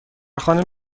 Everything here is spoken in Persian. خانه